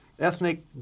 Ethnic